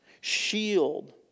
shield